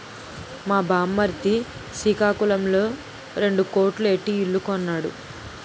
మా బామ్మర్ది సికాకులంలో రెండు కోట్లు ఎట్టి ఇల్లు కొన్నాడు